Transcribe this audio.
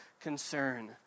concern